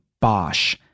Bosch